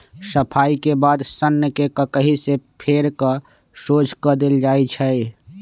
सफाई के बाद सन्न के ककहि से फेर कऽ सोझ कएल जाइ छइ